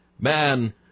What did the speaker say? Man